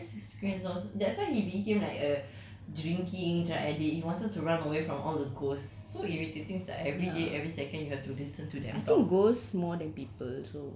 ya he was very schzo~ that's why he became like a drinking drug addict he wanted to run away from all the ghosts so irritating sia like everyday every second you have to listen to them talk